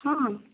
ହଁ ହଁ